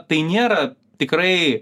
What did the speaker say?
tai nėra tikrai